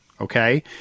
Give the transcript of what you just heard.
okay